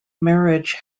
marriage